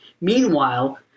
Meanwhile